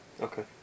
Okay